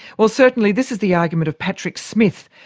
well, certainly this is the argument of patrick smith.